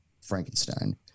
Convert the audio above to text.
Frankenstein